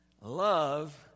Love